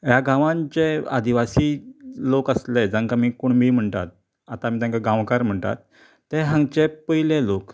ह्या गांवान जे आदिवासी लोक आसले जांकां आमी कुणबी म्हण्टात आता आमी तेंकां गांवकार म्हण्टात ते हांगचे पयले लोक